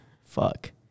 Fuck